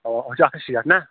اَوا ہُہ چھِ اَکھ ہَتھ شیٹھ نا